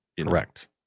Correct